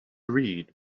read